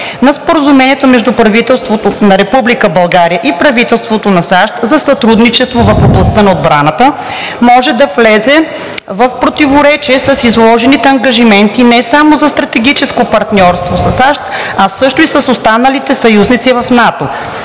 на Споразумението между правителството на Република България и правителството на САЩ за сътрудничество в областта на отбраната може да влезе в противоречие с изложените ангажименти не само за стратегическо партньорство със САЩ, а също така и с останалите съюзници в НАТО.